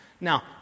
Now